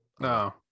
no